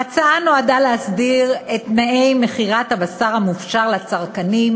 ההצעה נועדה להסדיר את תנאי מכירת הבשר המופשר לצרכנים,